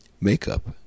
Makeup